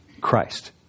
Christ